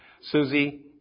Susie